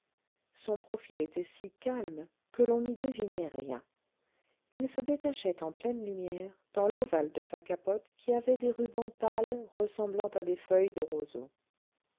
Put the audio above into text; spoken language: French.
son profil était si calme que l'on n'y devinait rien il se détachait en pleine lumière dans l'ovale de sa capote qui avait des rubans pâles ressemblant à des feuilles de roseau